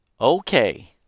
Okay